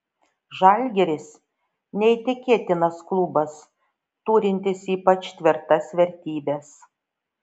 žalgiris neįtikėtinas klubas turintis ypač tvirtas vertybes